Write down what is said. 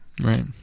Right